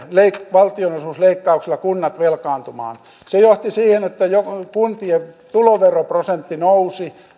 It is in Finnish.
valtionosuusleikkauksilla kunnat velkaantumaan se johti siihen että kuntien tuloveroprosentti nousi